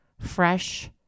fresh